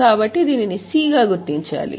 కాబట్టి దీనిని C అని గుర్తించాలి